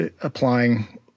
applying